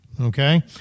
Okay